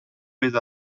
with